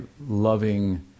loving